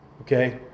Okay